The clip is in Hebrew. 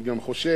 אני גם חושב